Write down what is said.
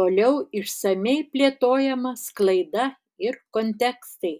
toliau išsamiai plėtojama sklaida ir kontekstai